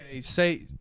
Say